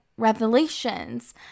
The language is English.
Revelations